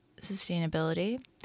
sustainability